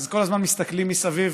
אז כל הזמן מסתכלים מסביב,